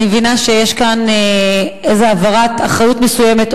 אני מבינה שיש כאן איזושהי העברת אחריות מסוימת,